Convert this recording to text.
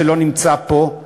שלא נמצא פה.